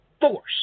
force